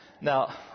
Now